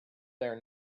there